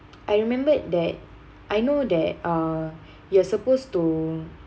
I remembered that I know that uh you're supposed to